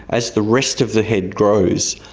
as the rest of the head grows,